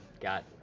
got